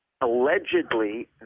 allegedly